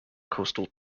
coastal